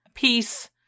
Peace